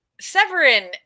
Severin